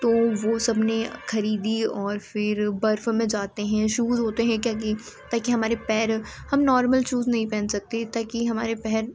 तो वो सबने खरीदी और फिर बर्फ़ में जाते हैं शूज़ होते हैं क्या कि ताकि हमारे पैर हम नॉर्मल शूज नहीं पहन सकते ताकि हमारे पैर